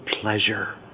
pleasure